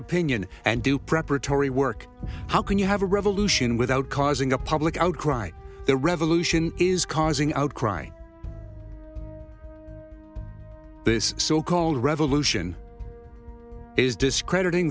opinion and do preparatory work how can you have a revolution without causing a public outcry the revolution is causing outcry this so called revolution is discredit